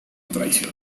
traición